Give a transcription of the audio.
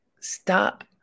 stop